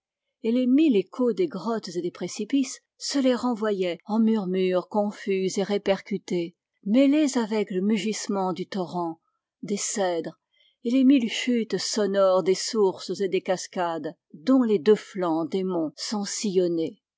et les mille échos des grottes et des précipices se les renvoyaient en murmures confus et répercutés mêlés avec le mugissement du torrent des cèdres et les mille chutes sonores des sources et des cascades dont les deux flancs des monts sont sillonnés